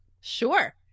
Sure